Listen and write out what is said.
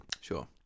Sure